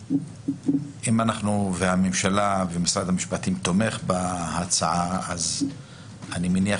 אם אנחנו והממשלה ומשרד המשפטים תומך בהצעה אז אני מניח